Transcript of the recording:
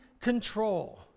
control